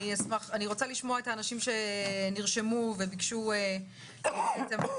נשמע את האנשים שנרשמו לדבר.